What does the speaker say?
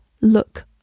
look